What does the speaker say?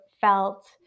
felt